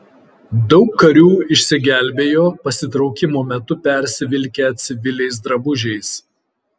daug karių išsigelbėjo pasitraukimo metu persivilkę civiliais drabužiais